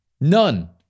None